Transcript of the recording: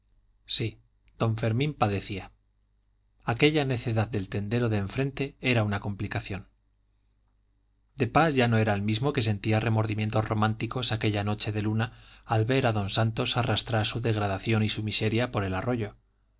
sí don fermín padecía aquella necedad del tendero de enfrente era una complicación de pas ya no era el mismo que sentía remordimientos románticos aquella noche de luna al ver a don santos arrastrar su degradación y su miseria por el arroyo